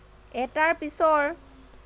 এটাৰ পিছৰ